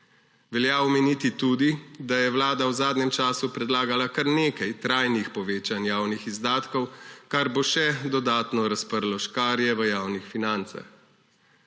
Velja omeniti tudi, da je Vlada v zadnjem času predlagala kar nekaj trajnih povečanj javnih izdatkov, kar bo še dodatno razprlo škarje v javnih financah.